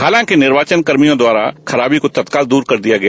हालांकि निर्वाचन कर्मियों द्वारा खराबी को तत्काल दूर कर दिया गया